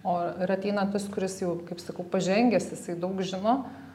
o ir ateina tas kuris jau kaip sakau pažengęs jisai daug žino